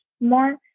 more